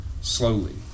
slowly